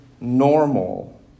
normal